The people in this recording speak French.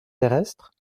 terrestres